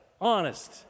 Honest